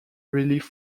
relief